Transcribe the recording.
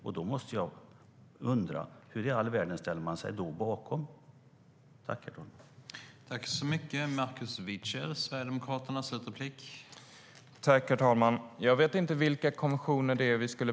I så fall undrar jag varför i all världen ni ställer er bakom detta.